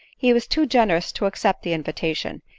he was too generous to accept the invitation,